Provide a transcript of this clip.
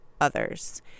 others